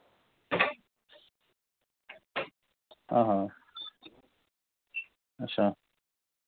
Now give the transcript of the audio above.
हां हां अच्छा